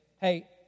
Hey